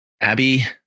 Abby